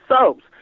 soaps